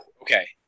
Okay